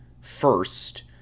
first